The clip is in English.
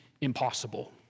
impossible